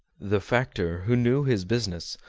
the factor, who knew his business,